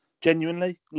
Genuinely